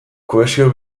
kohesio